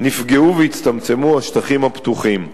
נפגעו והצטמצמו השטחים הפתוחים,